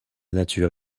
nature